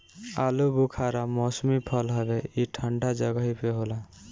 आलूबुखारा मौसमी फल हवे ई ठंडा जगही पे होला